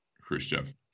Khrushchev